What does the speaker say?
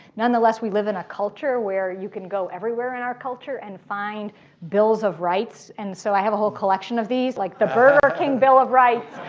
nonetheless we live in a culture where you can go everywhere in our culture and find bills of rights. and so i whole collection of these, like the burger king bill of rights,